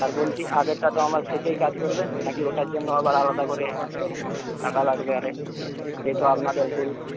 আর বলছি আগেরটা তো আমার ফ্রিতেই কাজ করবেন নাকি ওটার জন্য আবার আলাদা করে টাকা লাগবে আর এ তো আপনাদের ভুল